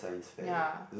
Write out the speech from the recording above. ya